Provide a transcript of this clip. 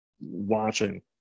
watching